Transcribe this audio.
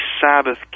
Sabbath